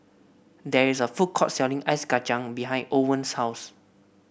there is a food court selling Ice Kachang behind Owen's house